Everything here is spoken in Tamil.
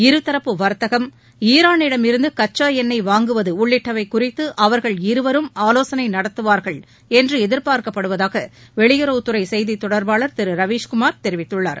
இருதரப்பு வர்த்தகம் ஈரானிடமிருந்து கச்சா எண்ணெய் வாங்குவது உள்ளிட்டவை குறித்து அவர்கள் இருவரும் ஆலோசனை நடத்துவார்கள் என்று எதிர்பார்க்கப்படுவதாக வெளியுறவுத்துறை செய்தி தொடர்பாளர் திரு ரவீஸ்குமார் தெரிவித்துள்ளார்